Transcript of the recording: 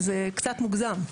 זה קצת מוזגם.